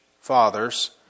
fathers